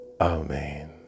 amen